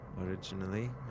originally